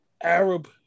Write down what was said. Arab